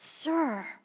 Sir